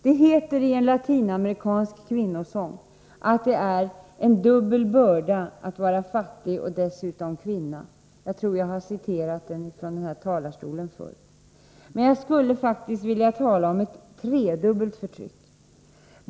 Det heter i en latinamerikansk kvinnosång att det är en dubbel börda att vara fattig och dessutom kvinna — jag tror att jag har citerat den från denna talarstol förr. Men jag skulle faktiskt vilja tala om ett tredubbelt förtryck.